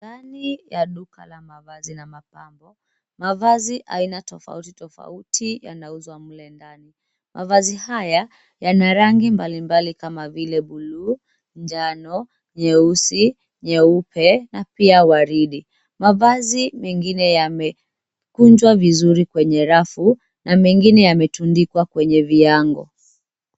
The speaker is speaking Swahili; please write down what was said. Ndani ya duka la mavazi la mapambo mavazi aina tafauti tofauti yanauzwa mle ndani. Mavazi haya yana rangi mbalimbali kama vile buluu, njano, nyeusi nyeupe na pia waridi. Mvazi mengine yame kunjwa vizuri kwenye rafu na mengine yametundikwa kwenye viango.